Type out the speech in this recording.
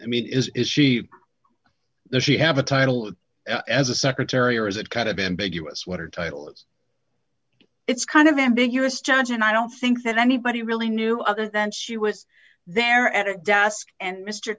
i mean is she there she have a title as a secretary or is it kind of ambiguous what are titles it's kind of ambiguous judge and i don't think that anybody really knew other than she was there at her desk and mr